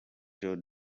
joe